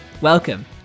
Welcome